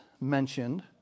mentioned